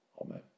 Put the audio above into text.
Amen